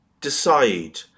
decide